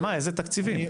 איזה תקציבים?